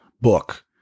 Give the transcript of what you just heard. book